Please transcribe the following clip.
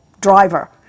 driver